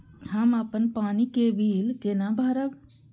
हम अपन पानी के बिल केना भरब?